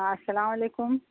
السلام علیکم